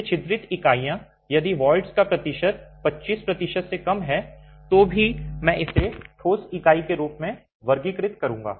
ये छिद्रित इकाइयाँ यदि voids का प्रतिशत 25 प्रतिशत से कम है तो भी मैं इसे ठोस इकाई के रूप में वर्गीकृत करूँगा